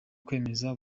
kwemeza